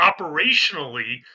operationally